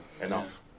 enough